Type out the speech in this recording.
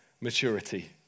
maturity